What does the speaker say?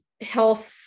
health